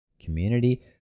community